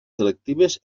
selectives